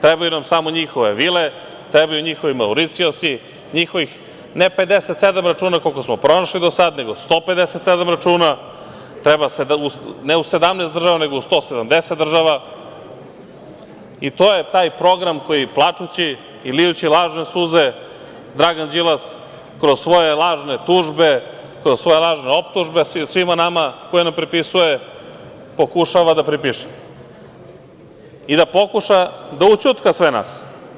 Trebaju nam samo njihove vile, trebaju njihovi Mauricijusi, njihovih ne 57 računa, koliko smo pronašli do sada, nego 157 računa, treba ne u 17 država, nego u 170 država i to je taj program koji plačući i lijući lažne suze Dragan Đilas kroz svoje lažne tužbe, kroz svoje lažne optužbe svima nama kojima nam prepisuje pokušava da pripiše i da pokuša da ućutka sve nas.